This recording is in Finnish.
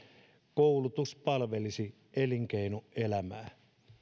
koulutus palvelisi elinkeinoelämää